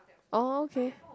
oh okay